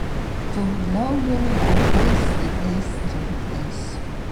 toliau vėl laukais lygiais ir erdviais